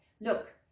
look